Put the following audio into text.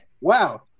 Wow